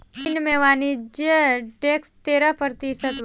चीन में वाणिज्य टैक्स तेरह प्रतिशत बा